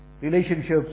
relationships